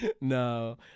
No